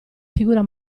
figura